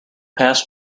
passed